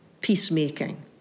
peacemaking